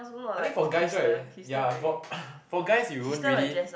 I think for guys right ya for for guys you won't really